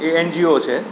એ NGO છે